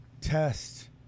test